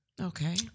Okay